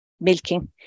milking